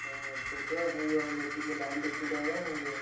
ହଁ ପେଟୁଆ ଖାଇବା ଗୋ ଟିକେ ଲାଇନ୍ରେ ଛିଡ଼ା ହୁଅ